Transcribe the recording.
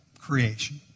creation